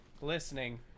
listening